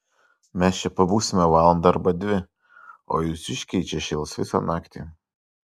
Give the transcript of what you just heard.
mes čia pabūsime valandą arba dvi o jūsiškiai čia šėls visą naktį